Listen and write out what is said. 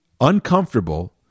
uncomfortable